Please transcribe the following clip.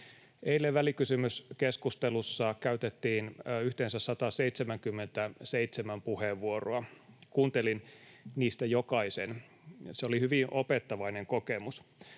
Eilen välikysymyskeskustelussa käytettiin yhteensä 177 puheenvuoroa. Kuuntelin niistä jokaisen, ja se oli hyvin opettavainen kokemus.